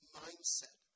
mindset